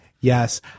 Yes